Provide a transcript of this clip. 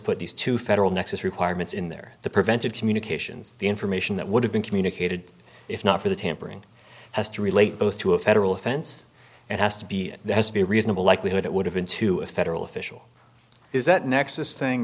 put these two federal nexus requirements in there the preventive communications the information that would have been communicated if not for the tampering has to relate both to a federal offense and has to be there has to be a reasonable likelihood it would have been to a federal official is that nexus thing